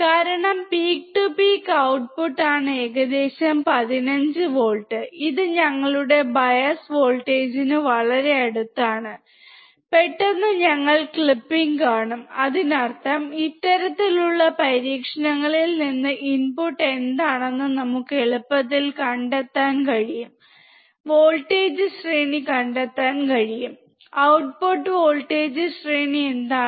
കാരണം peak to peak output ആണ് ഏകദേശം 15 വോൾട്ട് ഇത് ഞങ്ങളുടെ ബയസ് വോൾട്ടേജിന് വളരെ അടുത്താണ് പെട്ടെന്ന് ഞങ്ങൾ ക്ലിപ്പിംഗ് കാണും അതിനർത്ഥം ഇത്തരത്തിലുള്ള പരീക്ഷണങ്ങളിൽ നിന്ന് ഇൻപുട്ട് എന്താണെന്ന് നമുക്ക് എളുപ്പത്തിൽ കണ്ടെത്താൻ കഴിയും വോൾട്ടേജ് ശ്രേണി കണ്ടെത്താൻ കഴിയും ഔട്ട്പുട്ട് വോൾട്ടേജ് ശ്രേണി എന്താണ്